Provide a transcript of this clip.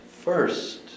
first